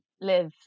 live